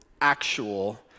actual